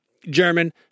German